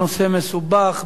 הנושא מסובך,